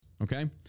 Okay